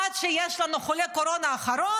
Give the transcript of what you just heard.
עד שיש לנו חולה קורונה אחרון,